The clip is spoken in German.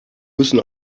müssen